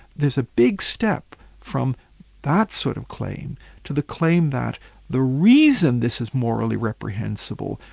there's a big step from that sort of claim to the claim that the reason this is morally reprehensible,